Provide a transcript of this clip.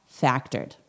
factored